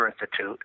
Institute